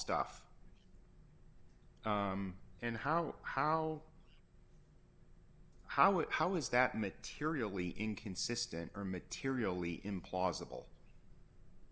stuff and how how how it how is that materially inconsistent or materially implausible